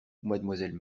mademoiselle